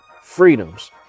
Freedoms